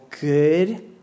good